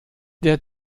der